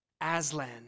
Aslan